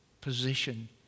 position